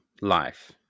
life